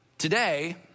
Today